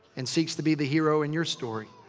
and seeks to be the hero in your story.